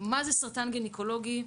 מה זה סרטן גניקולוגי?